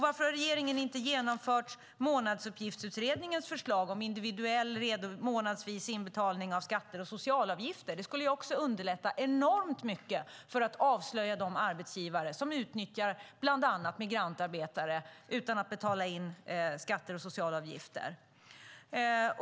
Varför har regeringen inte genomfört Månadsuppgiftsutredningens förslag om individuell månadsvis inbetalning av skatter och sociala avgifter? Det skulle underlätta mycket för att avslöja de arbetsgivare som utnyttjar bland annat migrantarbetare utan att betala in skatter och socialavgifter.